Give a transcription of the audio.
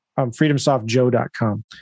freedomsoftjoe.com